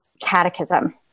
catechism